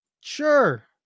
Sure